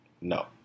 No